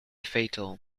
fatal